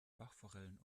bachforellen